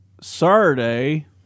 Saturday